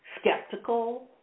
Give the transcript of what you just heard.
skeptical